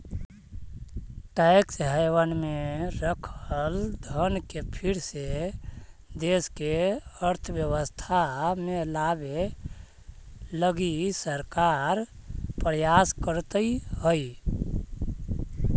tax haven में रखल धन के फिर से देश के अर्थव्यवस्था में लावे लगी सरकार प्रयास करीतऽ हई